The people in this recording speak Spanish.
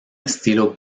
estilo